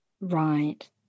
right